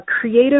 creative